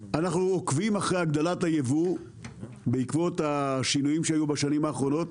אנחנו עוקבים אחרי הגדלת הייבוא בעקבות השינויים שהיו בשנים האחרונות.